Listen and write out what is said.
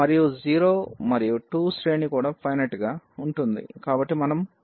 మరియు 0 మరియు 2 శ్రేణి కూడా ఫైనెట్ గా ఉంటుంది